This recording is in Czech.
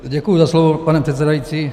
Děkuji za slovo, pane předsedající.